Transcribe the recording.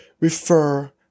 refer